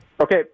Okay